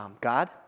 God